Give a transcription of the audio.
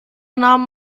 nahm